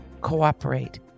cooperate